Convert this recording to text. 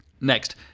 Next